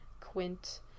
Quint